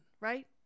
right